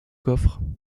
coffre